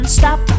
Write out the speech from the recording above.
Stop